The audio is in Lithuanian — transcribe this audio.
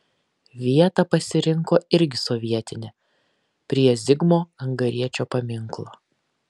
vietą pasirinko irgi sovietinę prie zigmo angariečio paminklo